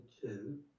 two